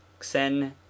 Xen